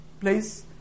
place